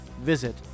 Visit